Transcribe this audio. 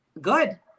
good